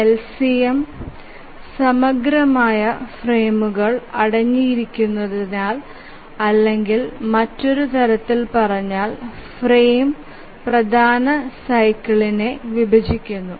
LCM സമഗ്രമായ ഫ്രെയിമുകൾ അടങ്ങിയിരിക്കുന്നതിനാൽ അല്ലെങ്കിൽ മറ്റൊരു തരത്തിൽ പറഞ്ഞാൽ ഫ്രെയിം പ്രധാന സൈക്കിൾ വിഭജിക്കുന്നു